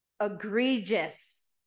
egregious